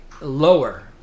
lower